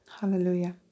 Hallelujah